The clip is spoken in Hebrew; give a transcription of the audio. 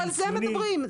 על זה אנחנו מדברים.